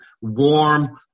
warm